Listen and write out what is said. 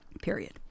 period